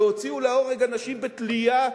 והוציאו להורג אנשים בתלייה,